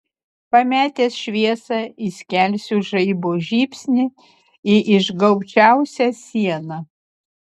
pametęs šviesą įskelsiu žaibo žybsnį į išgaubčiausią sieną